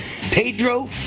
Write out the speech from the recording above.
Pedro